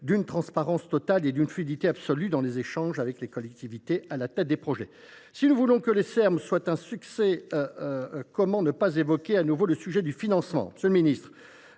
d’une transparence totale et d’une fluidité absolue dans leurs échanges avec les collectivités à la tête des projets. Si nous voulons que les Serm soient un succès, comment ne pas à nouveau évoquer le sujet du financement ? Monsieur